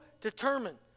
determined